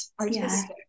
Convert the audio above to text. artistic